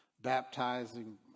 baptizing